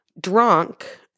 drunk